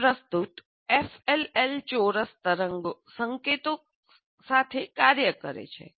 ઉપર પ્રસ્તુત એફએલએલ ચોરસ તરંગ સંકેતો સાથે કાર્ય કરે છે